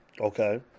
Okay